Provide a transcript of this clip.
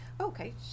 Okay